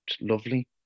lovely